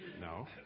no